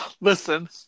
Listen